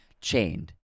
chained